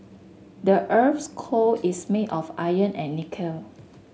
the earth's core is made of iron and nickel